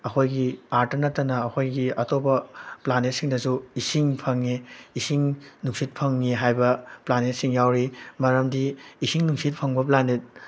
ꯑꯩꯈꯣꯏꯒꯤ ꯑꯥꯔꯠꯇ ꯅꯠꯇꯅ ꯑꯩꯈꯣꯏꯒꯤ ꯑꯇꯣꯞꯄ ꯄ꯭ꯂꯥꯅꯦꯠꯁꯤꯡꯗꯁꯨ ꯏꯁꯤꯡ ꯐꯪꯉꯤ ꯏꯁꯤꯡ ꯅꯨꯡꯁꯤꯠ ꯐꯪꯉꯤ ꯍꯥꯏꯕ ꯄ꯭ꯂꯥꯅꯦꯠꯁꯤꯡ ꯌꯥꯎꯔꯤ ꯃꯔꯝꯗꯤ ꯏꯁꯤꯡ ꯅꯨꯡꯁꯤꯠ ꯐꯪꯕ ꯄ꯭ꯂꯥꯅꯦꯠ